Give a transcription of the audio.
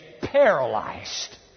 paralyzed